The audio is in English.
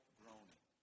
groaning